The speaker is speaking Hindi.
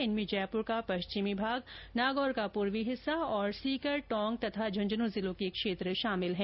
इनमें जयपुर का पश्चिमी भाग नागौर का पूर्वी हिस्सा और सीकर टोंक और झुंझुनू जिलों के क्षेत्र शामिल है